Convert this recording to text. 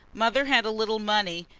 mother had a little money,